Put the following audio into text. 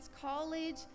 college